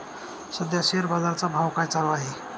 सध्या शेअर बाजारा चा भाव काय चालू आहे?